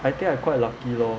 I think I quite lucky lor